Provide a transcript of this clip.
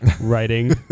writing